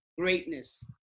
greatness